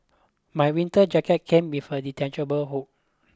my winter jacket came with a detachable hood